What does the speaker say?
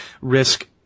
risk